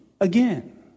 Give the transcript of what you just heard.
Again